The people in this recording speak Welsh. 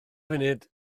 funud